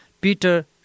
Peter